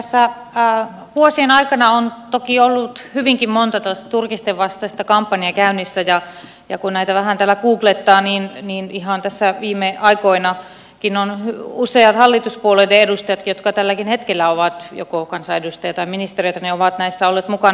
tässä vuosien aikana on toki ollut hyvinkin monta tällaista turkisten vastaista kampanjaa käynnissä ja kun näitä vähän täällä googlettaa niin ihan tässä viime aikoinakin useat hallituspuolueiden edustajat jotka tälläkin hetkellä ovat joko kansanedustajia tai ministereitä ovat näissä olleet mukana